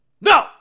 No